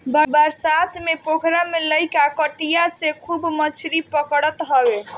बरसात में पोखरा में लईका कटिया से खूब मछरी पकड़त हवे